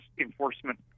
enforcement